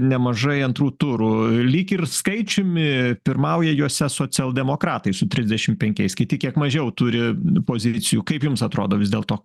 nemažai antrų turų lyg ir skaičiumi pirmauja juose socialdemokratai su trisdešim penkiais kiti kiek mažiau turi pozicijų kaip jums atrodo vis dėlto